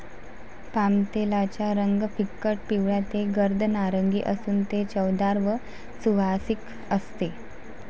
पामतेलाचा रंग फिकट पिवळा ते गर्द नारिंगी असून ते चवदार व सुवासिक असते